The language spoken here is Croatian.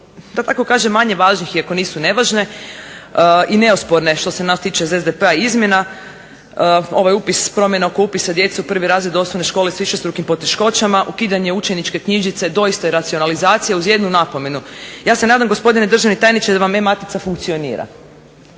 da tako kažem manje važnih iako nisu nevažne i neosporne, što se nas tiče iz SDP-a, izmjena. Ovaj upis, promjena oko upisa djece u prvi razred osnovne škole s višestrukim poteškoćama, ukidanje učeničke knjižice doista je racionalizacija uz jednu napomenu – ja se nadam gospodine državni tajniče da vam e-matica funkcionira.